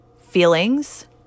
feelings